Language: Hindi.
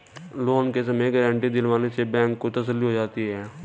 लोन के समय गारंटी दिलवाने से बैंक को तसल्ली हो जाती है